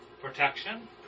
Protection